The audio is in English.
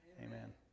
Amen